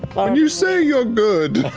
um you say you're good.